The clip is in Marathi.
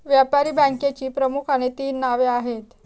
व्यापारी बँकेची प्रामुख्याने तीन नावे आहेत